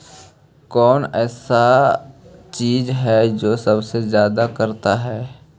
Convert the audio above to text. कौन सा ऐसा चीज है जो सबसे ज्यादा करता है?